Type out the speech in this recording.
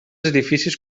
edificis